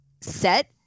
set